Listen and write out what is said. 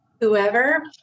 whoever